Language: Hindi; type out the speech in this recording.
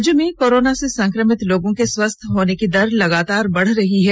राज्य में कोरोना से संक्रमित लोगों के स्वस्थ होने की दर लगातार बढ़ रही है